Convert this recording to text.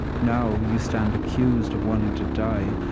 now you stand accused of wanting to die,